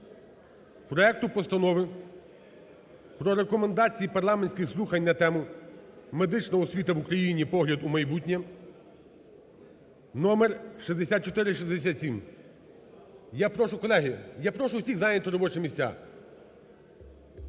проекту Постанови про Рекомендації парламентських слухань на тему: "Медична освіта в Україні: погляд у майбутнє" (номер 6467). Я прошу, колеги, я прошу усіх зайняти робочі місця.